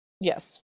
Yes